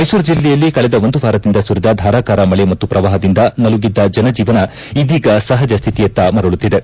ಮೈಸೂರು ಜಿಲ್ಲೆಯಲ್ಲಿ ಕಳೆದ ಒಂದು ವಾರದಿಂದ ಸುರಿದ ಧಾರಾಕಾರ ಮಳೆ ಮತ್ತು ಶ್ರವಾಹದಿಂದ ನಲುಗಿದ್ದ ಜನಜೀವನ ಇದೀಗ ಸಹಜ ಸ್ಥಿತಿಯತ್ತ ಮರಳುತ್ತಿದೆ